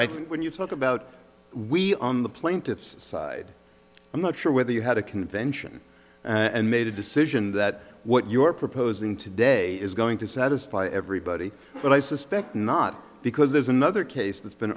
think when you talk about we on the plaintiff's side i'm not sure whether you had a convention and made a decision that what you're proposing today is going to satisfy everybody but i suspect not because there's another case that's been